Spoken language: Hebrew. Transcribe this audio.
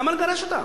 למה לגרש אותם?